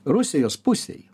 rusijos pusėj